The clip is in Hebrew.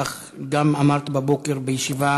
כך גם אמרת בבוקר בישיבה